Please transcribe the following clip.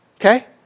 Okay